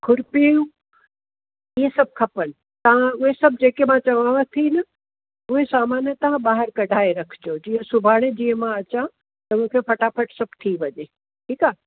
खुरपियूं इहे सभु खपनि तव्हां उहे सभु जेके मां चवांव थी न उहे सामान तव्हां ॿाहिरि कढाए रखिजो जीअं सुभाणे जीअं मां अचां त मूंखे फ़टाफ़टि सभु थी वञे ठीकु आहे